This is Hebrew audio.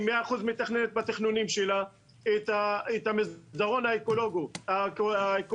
היא מתכננת ב-100% בתכנונים שלה את המסדרון האקולוגי.